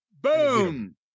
Boom